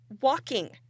walking